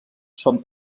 són